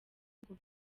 ngo